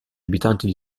abitanti